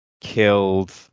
killed